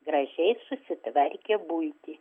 gražiai susitvarkė buitį